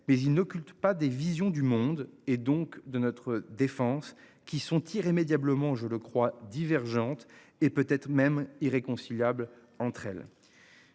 mais il n'occulte pas des visions du monde et donc de notre défense qui sont irrémédiablement. Je le crois divergentes et peut être même irréconciliables entre elles.